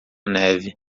neve